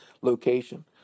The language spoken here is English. location